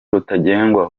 rutagengwa